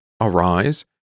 Arise